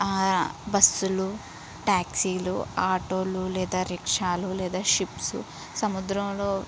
బస్సులు ట్యాక్సీలు ఆటోలు లేదా రిక్షాలు లేదా షిప్స్ సముద్రంలో